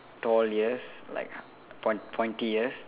tall ears like point pointy ears